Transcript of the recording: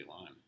line